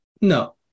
No